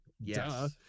Yes